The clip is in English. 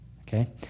Okay